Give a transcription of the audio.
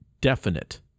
definite